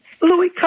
Louis